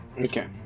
Okay